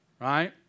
right